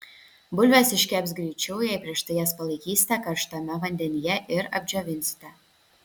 bulvės iškeps greičiau jei prieš tai jas palaikysite karštame vandenyje ir apdžiovinsite